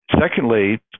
Secondly